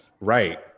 right